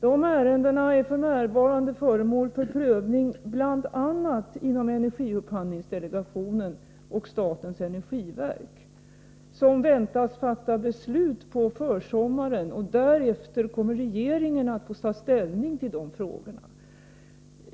De ärendena är just nu föremål för prövning bl.a. inom energiupphandlingsdelegationen och statens energiverk, som väntas fatta beslut på försommaren. Därefter kommer regeringen att få ta ställning till de frågorna.